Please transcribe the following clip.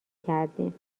کردیم